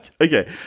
okay